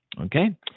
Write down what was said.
Okay